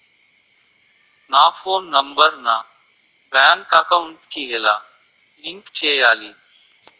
నా phone number నా bank account కి ఎలా లింక్ చేయాలి?